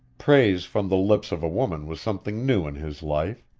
praise from the lips of a woman was something new in his life.